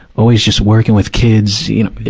always just working with kids. you know,